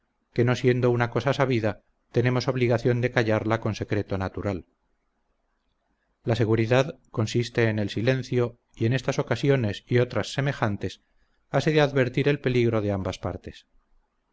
que no siendo una cosa sabida tenemos obligación de callarla con secreto natural la seguridad consiste en el silencio y en estas ocasiones y otras semejantes hase de advertir el peligro de ambas partes